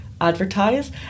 advertise